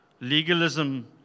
Legalism